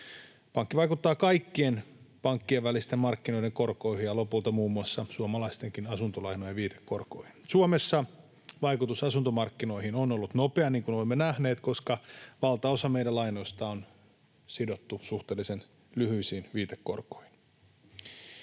Pankki vaikuttaa kaikkien pankkien välisten markkinoiden korkoihin ja lopulta muun muassa suomalaistenkin asuntolainojen viitekorkoihin. Suomessa vaikutus asuntomarkkinoihin on ollut nopea, niin kuin olemme nähneet, koska valtaosa meidän lainoista on sidottu suhteellisen lyhyisiin viitekorkoihin.